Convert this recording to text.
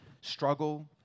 struggle